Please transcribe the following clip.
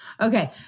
Okay